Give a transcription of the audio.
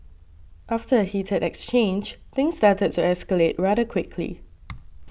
after a heated exchange things started to escalate rather quickly